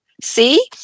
See